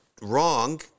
wrong